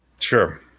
Sure